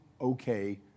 okay